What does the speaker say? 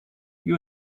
you